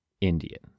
Indian